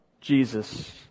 Jesus